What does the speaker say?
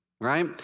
right